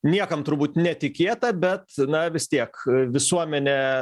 niekam turbūt netikėta bet na vis tiek visuomenė